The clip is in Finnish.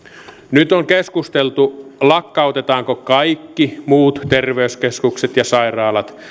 nyt on keskusteltu lakkautetaanko kaikki muut terveyskeskukset ja sairaalat